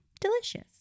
Delicious